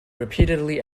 repeatedly